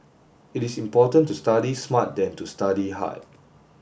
it is important to study smart than to study hard